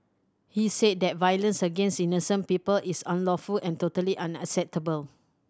he said that violence against innocent people is unlawful and totally unacceptable